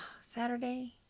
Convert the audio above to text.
Saturday